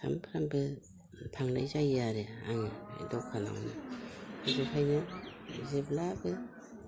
सामफ्रामबो थांनाय जायो आरो आं दखानावनो बेनिखायनो जेब्लाबो